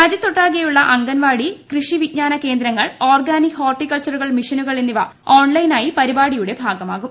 രാജ്യത്തൊട്ടാകെയുള്ള അംഗൻവാടി കൃഷി വിജ്ഞാന കേന്ദ്രങ്ങൾ ഓർഗാനിക് ഹോർട്ടികൾച്ചറൽ മിഷനുകൾ എന്നിവ ഓൺലൈനായി പരിപാടിയുടെ ഭാഗമാക്കും